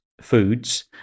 foods